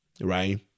right